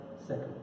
second